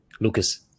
Lucas